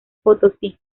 potosí